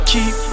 Keep